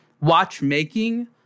watchmaking